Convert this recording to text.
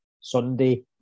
Sunday